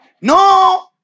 no